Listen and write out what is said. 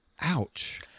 ouch